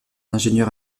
ingénieur